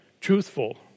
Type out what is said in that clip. truthful